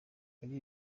muri